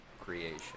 creation